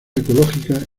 ecológica